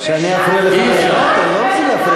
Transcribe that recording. מה הפריע לכם שישיבת "מיר"